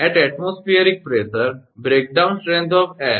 વાતાવરણીય દબાણ પર હવાના ભંગાણની શક્તિ બરાબર